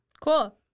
Cool